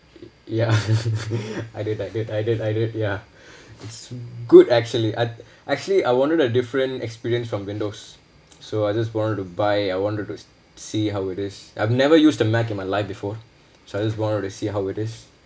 ya I did I did I did I did ya it's good actually I actually I wanted a different experience from windows so I just wanted to buy I wanted to see how it is I've never used a mac in my life before so I just wanted to see how it is